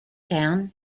down